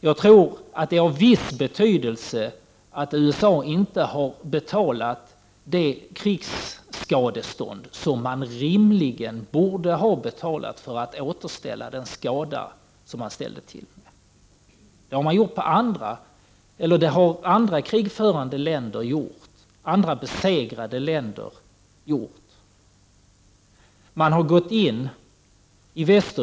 Det är säkert av viss betydelse att USA inte har betalat det 26 krigsskadestånd som man rimligen borde ha betalat för att bygga upp landet efter de skador som man åsamkade det. Det har andra besegrade länder = Prot. 1989/90:45 gjort. I Västeuropa pumpades en mängd pengar in efter andra världskriget.